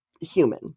human